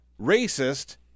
racist